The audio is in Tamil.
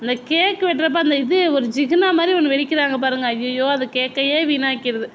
அந்த கேக்கு வெட்டுறப்ப அந்த இது ஒரு ஜிகினா மாதிரி ஒன்று வெடிக்கிறாங்க பாருங்க அய்யயோ அது கேக்கையே வீணாக்கிடுது